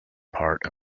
part